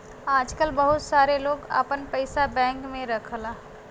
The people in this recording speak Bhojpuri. आजकल बहुत सारे लोग आपन पइसा बैंक में रखला